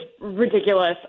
ridiculous